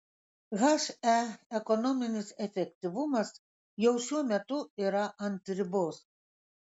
he ekonominis efektyvumas jau šiuo metu yra ant ribos